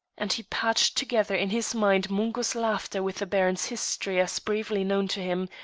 and he patched together in his mind mungo's laughter with the baron's history as briefly known to him,